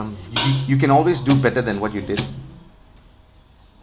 you you can always do better than what you did